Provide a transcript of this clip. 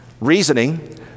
reasoning